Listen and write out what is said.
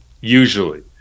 usually